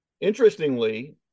Interestingly